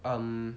um